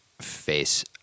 face